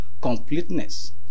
completeness